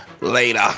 later